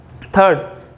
third